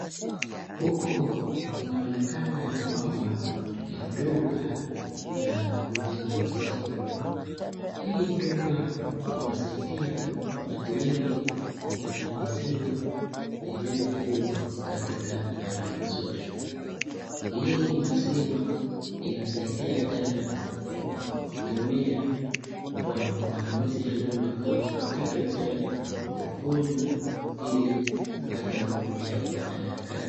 Huku inaonekana ya kwamba duka la kuuza maziwa. Hii duka inasaidia watu wengi kupata maziwa yaliyokuwa katika hali nzuri. Hii maziwa inasaidia tena kutumia kwa matumizi ya nyumba kama kupika chai, kunywa ili upate nguvu ya kufanya kazi.